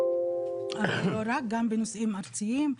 גם בנושאים ארציים,